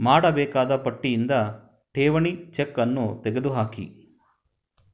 ಮಾಡಬೇಕಾದ ಪಟ್ಟಿಯಿಂದ ಠೇವಣಿ ಚೆಕ್ ಅನ್ನು ತೆಗೆದುಹಾಕಿ